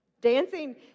Dancing